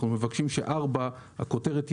אנחנו מבקשים שהכותרת של פרט 4 תהיה